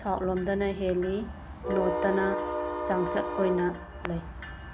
south ꯂꯣꯝꯗꯅ ꯍꯦꯜꯂꯤ ꯅꯣꯔꯠꯇꯅ ꯆꯥꯡꯆꯠ ꯑꯣꯏꯅ ꯂꯩ